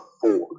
four